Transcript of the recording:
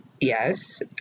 Yes